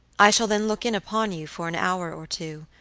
i shall then look in upon you for an hour or two,